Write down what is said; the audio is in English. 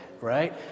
right